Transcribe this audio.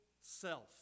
self